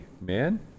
man